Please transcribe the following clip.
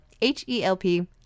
H-E-L-P